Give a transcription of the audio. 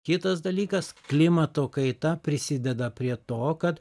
kitas dalykas klimato kaita prisideda prie to kad